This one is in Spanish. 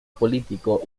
político